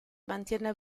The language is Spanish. mantiene